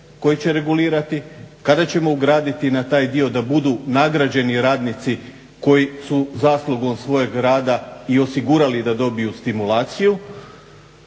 koji će regulirati, kada ćemo ugraditi na taj dio da budu nagrađeni radnici koji su zaslugom svojeg rada i osigurali da dobiju stimulaciju,